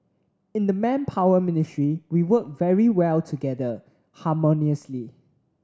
in the Manpower Ministry we work very well together harmoniously